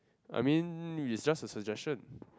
I mean is just a suggestion